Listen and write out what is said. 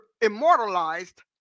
immortalized